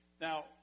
Now